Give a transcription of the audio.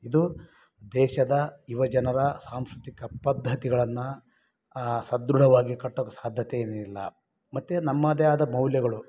ಇದು ದೇಶದ ಯುವ ಜನರ ಸಾಂಸ್ಕೃತಿಕ ಪದ್ಧತಿಗಳನ್ನು ಸದೃಢವಾಗಿ ಕಟ್ಟೋಕೆ ಸಾಧ್ಯತೆ ಇನ್ನಿಲ್ಲ ಮತ್ತು ನಮ್ಮದೇ ಆದ ಮೌಲ್ಯಗಳು